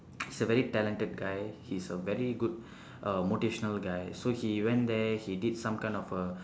he's a very talented guy he's a very good uh motivational guy so he went there he did some kind of a